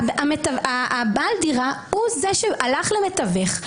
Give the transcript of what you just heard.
בעל הדירה הלך למתווך,